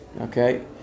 Okay